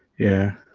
yeah